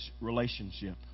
relationship